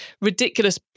ridiculous